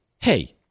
Hey